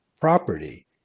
Property